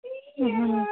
اَہن حٲز